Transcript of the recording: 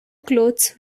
clothes